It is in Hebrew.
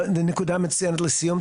נקודה מצוינת לסיום.